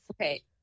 Okay